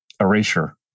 erasure